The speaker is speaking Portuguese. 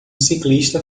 ciclista